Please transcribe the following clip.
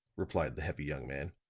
replied the heavy young man.